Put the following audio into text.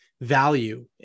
value